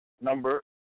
number